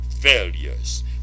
failures